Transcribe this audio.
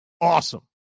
Awesome